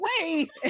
wait